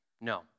No